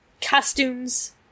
costumes